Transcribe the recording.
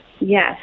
Yes